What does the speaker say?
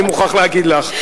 אני מוכרח להגיד לך.